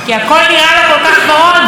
חדי-קרן מסתובבים כאן,